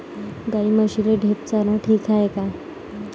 गाई म्हशीले ढेप चारनं ठीक हाये का?